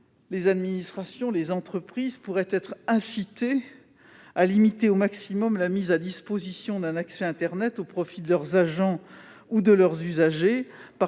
les administrations, les entreprises pourraient être incitées à limiter au maximum la mise à disposition d'un accès internet au profit de leurs agents ou de leurs usagers